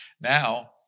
Now